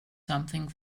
something